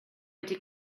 wedi